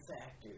factors